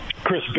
Chris